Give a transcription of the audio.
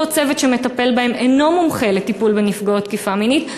אותו צוות שמטפל בהן אינו מומחה לטיפול בנפגעות תקיפה מינית.